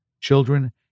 children